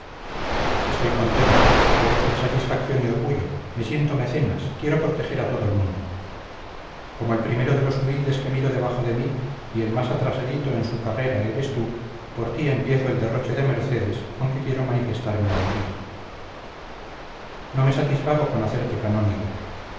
estoy contento reboso de satisfacción y orgullo me siento mecenas quiero proteger a todo el mundo como el primero de los humildes que miro debajo de mí y el más atrasadito en su carrera eres tú por ti empiezo el derroche de mercedes con que quiero manifestar mi alegría no me satisfago con hacerte canónigo